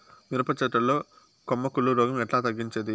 మిరప చెట్ల లో కొమ్మ కుళ్ళు రోగం ఎట్లా తగ్గించేది?